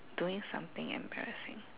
doing something embarrassing